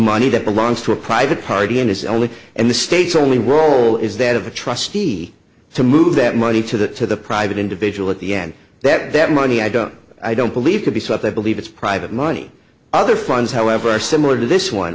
money that belongs to a private party and it's only and the states only role is that of the trustee to move that money to that to the private individual at the end that that money i don't i don't believe could be so if they believe it's private money other funds however are similar to this one